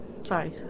Sorry